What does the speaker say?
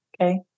Okay